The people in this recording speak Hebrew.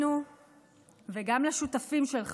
לנו וגם לשותפים שלך.